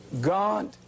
God